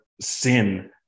sin